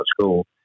school